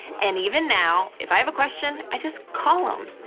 and even now, if i have a question, i just call them.